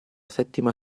settima